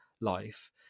life